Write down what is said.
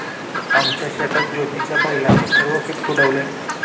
आमच्या शेतात ज्योतीच्या बैलाने सर्व पीक तुडवले